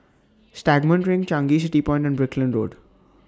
Stagmont Ring Changi City Point and Brickland Road